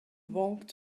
walked